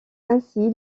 ainsi